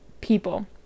people